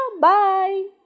bye